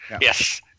Yes